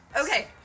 Okay